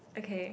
okay